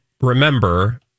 remember